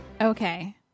Okay